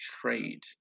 trade